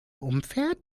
umfährt